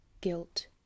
guilt